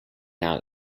now